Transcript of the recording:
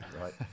right